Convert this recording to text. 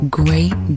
great